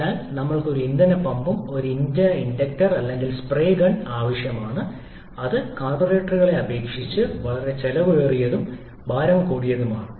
അതിനാൽ ഞങ്ങൾക്ക് ഒരു ഇന്ധന പമ്പും ഒരു ഇന്ധന ഇൻജക്ടർ അല്ലെങ്കിൽ സ്പ്രേ തോക്കും ആവശ്യമാണ് അവ സ്പാർക്ക് പ്ലഗുകളെയും കാർബ്യൂറേറ്ററുകളെയും അപേക്ഷിച്ച് വളരെ ചെലവേറിയതും ഭാരം കൂടിയതുമാണ്